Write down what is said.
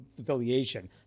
affiliation